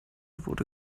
wurde